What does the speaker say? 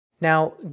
Now